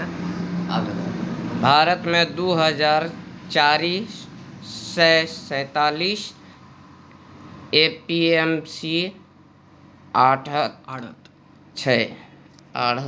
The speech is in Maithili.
भारत मे दु हजार चारि सय सैंतालीस ए.पी.एम.सी आढ़त छै